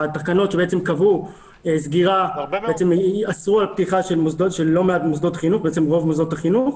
התקנות שאסרו פתיחה של רוב מוסדות החינוך.